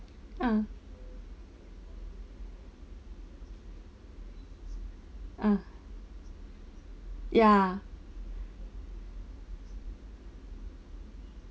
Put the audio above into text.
ah ah ya